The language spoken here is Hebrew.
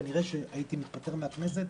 כנראה שהייתי מתפטר מהכנסת,